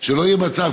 שלא יהיה מצב,